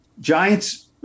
Giants